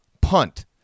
punt